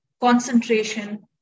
concentration